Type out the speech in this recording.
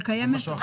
זה לא שונה.